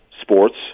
sports